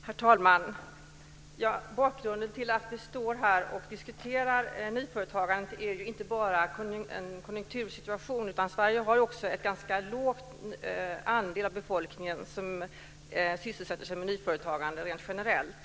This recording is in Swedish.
Herr talman! Bakgrunden till att vi står här och diskuterar nyföretagandet är inte bara konjunktursituationen, utan Sverige har också generellt sett en ganska låg andel av befolkningen som sysselsätter sig med nyföretagande.